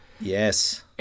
Yes